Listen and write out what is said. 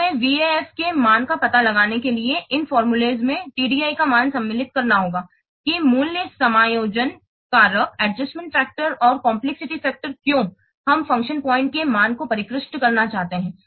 फिर हमें VAF के मान का पता लगाने के लिए इन फॉर्मूले में TDI का मान सम्मिलित करना होगा कि मूल्य समायोजन कारक या जटिलता कारक क्यों हम फ़ंक्शन पॉइंट के मान को परिष्कृत करना चाहते हैं